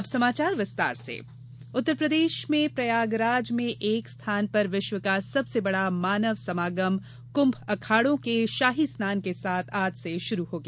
अब समाचार विस्तार से कुंभ उत्तरप्रदेश में प्रयागराज में एक स्थान पर विश्व का सबसे बड़ा मानव समागम कुम्भ अखाड़ों के शाही स्नान के साथ आज से शुरु हुआ